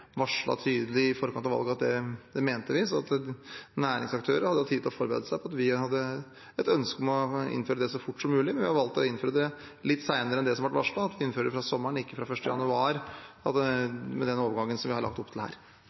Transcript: i forkant av valget at vi mente, så næringsaktørene har hatt tid til å forberede seg på at vi hadde et ønske om å innføre det så fort som mulig. Vi har valgt å innføre det litt senere enn det som ble varslet; det innføres fra sommeren, ikke fra 1. januar, med den overgangen som vi har lagt opp til her.